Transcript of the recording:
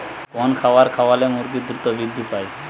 কোন খাবার খাওয়ালে মুরগি দ্রুত বৃদ্ধি পায়?